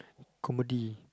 comedy